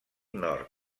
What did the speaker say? nord